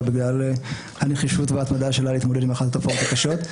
אבל גם בגלל הנחישות וההתמדה שלה להתמודד עם אחת התופעות הקשות.